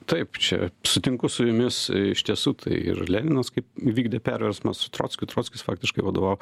taip čia sutinku su jumis iš tiesų tai ir leninas kaip įvykdė perversmą su trockiu trockis faktiškai vadovavo